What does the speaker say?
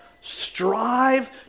Strive